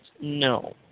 No